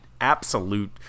absolute